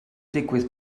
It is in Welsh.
digwydd